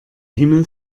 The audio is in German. himmel